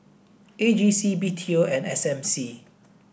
A G C B T O and S M C